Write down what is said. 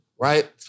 right